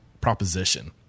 proposition